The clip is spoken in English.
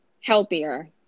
Healthier